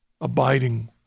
abiding